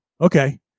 Okay